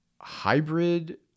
hybrid